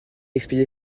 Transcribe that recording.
expédié